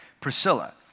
Priscilla